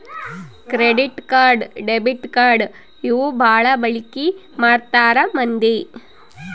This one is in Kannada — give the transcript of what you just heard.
ಕ್ರೆಡಿಟ್ ಕಾರ್ಡ್ ಡೆಬಿಟ್ ಕಾರ್ಡ್ ಇವು ಬಾಳ ಬಳಿಕಿ ಮಾಡ್ತಾರ ಮಂದಿ